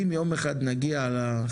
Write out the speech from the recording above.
אם יום אחד נגיע לחלומות